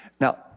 Now